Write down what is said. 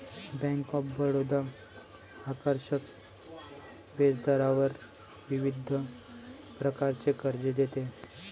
bank of Baroda आकर्षक व्याजदरावर विविध प्रकारचे कर्ज देते